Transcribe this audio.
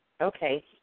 Okay